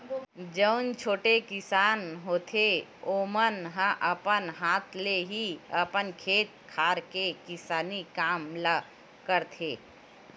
जउन छोटे किसान होथे ओमन ह अपन हाथ ले ही अपन खेत खार के किसानी काम ल करथे